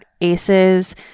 aces